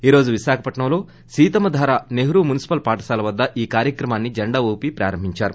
ఈరోజు విశాఖపట్నంలో సీతమ్మధార నెహ్రు మున్సిపల్ పాఠశాల వద్ద ఈ కార్యక్రమాన్ని జెండా ఊపి వ్రారంభించారు